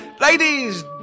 Ladies